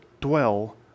dwell